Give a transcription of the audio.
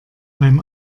beim